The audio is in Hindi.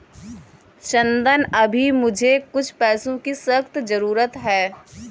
चंदन अभी मुझे कुछ पैसों की सख्त जरूरत है